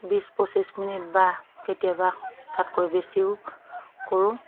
বিছ পঁচিছ মিনিট বা কেতিয়াবা তাতকৈ বেছিও কৰোঁ